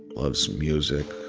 loves music,